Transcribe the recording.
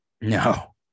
No